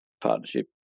partnership